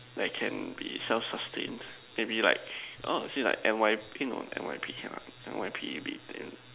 like can be self sustain maybe like oh see like N_Y eh no N_Y_P cannot N_Y_P will be damned